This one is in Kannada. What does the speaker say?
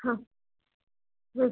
ಹಾಂ ಹ್ಞೂ